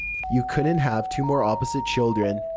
you couldn't have two more opposite children.